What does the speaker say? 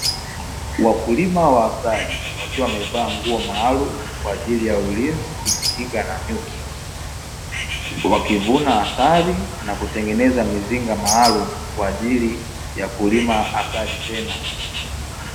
Wakulima wa asali wakiwa wamevaa nguo maalumu, kwa ajili ya ulinzi kujikinga na nyuki, wakivuna asali na kutengeneza mizinga maalumu kwa ajili ya kulima asali tena.